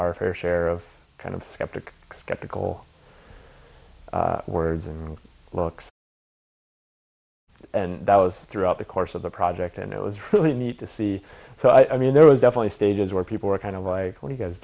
our fair share of kind of skeptic skeptical words in looks and that was throughout the course of the project and it was really neat to see so i mean there was definitely stages where people were kind of like what you guys